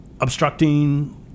obstructing